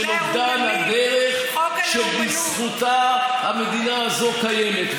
של אובדן הדרך שבזכותה הדרך הזאת קיימת.